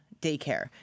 daycare